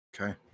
Okay